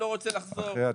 לא רוצה לחזור.